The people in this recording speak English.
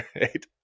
right